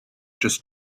just